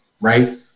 right